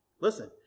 Listen